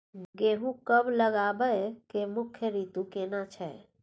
गेहूं कब लगाबै के मुख्य रीतु केना छै?